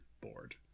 bored